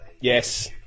Yes